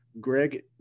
Greg